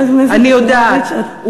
אני יודעת,